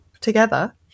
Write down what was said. together